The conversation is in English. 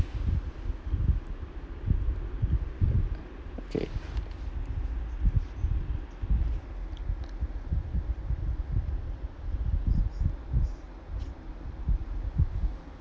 okay